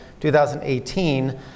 2018